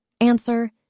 answer